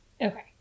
Okay